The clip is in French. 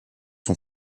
son